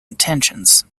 intentions